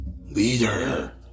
leader